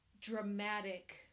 dramatic